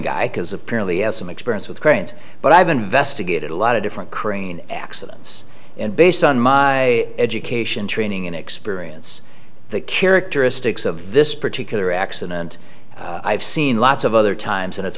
guy because apparently you have some experience with brains but i've investigated a lot of different crane accidents and based on my education training and experience the characteristics of this particular accident i've seen lots of other times and it's